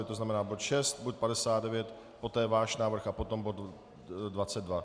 To znamená bod 6, bod 59, poté váš návrh a potom bod 22.